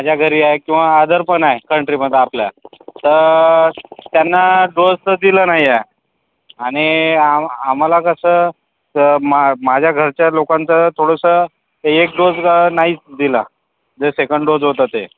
माझ्या घरी आहेत किंवा अदर पण आहे कंट्रीमधला आपल्या तर त्यांना डोस त दिला नाही आहे आणि आ आम्हाला कसं मा माझ्या घरच्या लोकांचं थोडंसं एक डोस सुद्धा नाही दिला जे सेकंड डोस होता ते